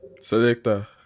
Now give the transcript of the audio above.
Selector